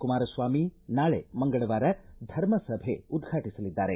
ಕುಮಾರಸ್ವಾಮಿ ನಾಳೆ ಮಂಗಳವಾರ ಧರ್ಮಸಭೆ ಉದ್ರಾಟಿಸಲಿದ್ದಾರೆ